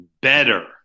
better